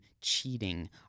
cheating